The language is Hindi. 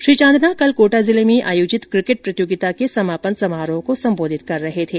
श्री चांदना कल कोटा जिले में आयोजित क्रिकेट प्रतियोगिता के समापन समारोह में सम्बोधित कर रहे थे